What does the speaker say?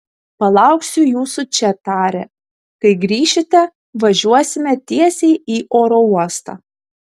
palauksiu jūsų čia tarė kai grįšite važiuosime tiesiai į oro uostą